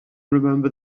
remember